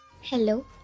Hello